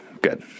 good